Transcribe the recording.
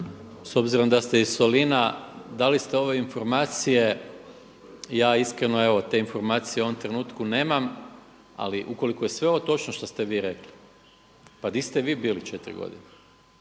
s obzirom da ste iz Solina da li ste ove informacije, ja iskreno te informacije u ovom trenutku nema, ali ukoliko je sve ovo točno što ste rekli pa di ste vi bili četiri godine.